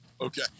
Okay